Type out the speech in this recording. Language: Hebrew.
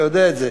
אתה יודע את זה.